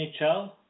NHL